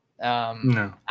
No